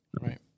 right